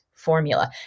formula